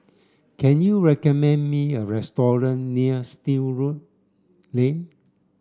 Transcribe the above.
can you recommend me a restaurant near Still Lane